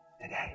Today